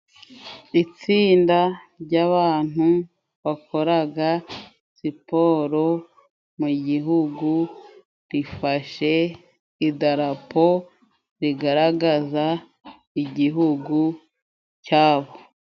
Itsinda ry'abantu bakoraga siporo mu gihugu, rifashe idarapo rigaragaza igihugu cya bo.